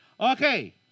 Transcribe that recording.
Okay